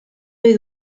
ohi